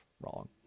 wrong